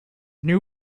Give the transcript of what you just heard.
new